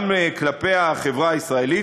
גם כלפי החברה הישראלית,